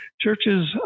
Churches